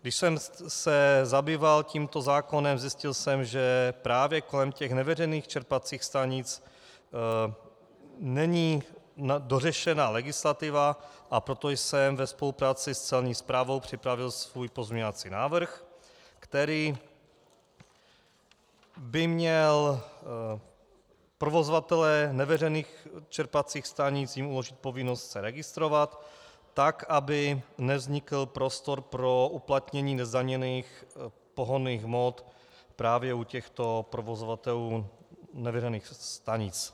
Když jsem se zabýval tímto zákonem, zjistil jsem, že právě kolem těch neveřejných čerpacích stanic není dořešena legislativa, a proto jsem ve spolupráci s Celní správou připravil svůj pozměňovací návrh, který by měl provozovatelům neveřejných čerpacích stanic uložit povinnost se registrovat tak, aby nevznikl prostor pro uplatnění nezdaněných pohonných hmot právě u těchto provozovatelů neveřejných stanic.